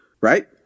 Right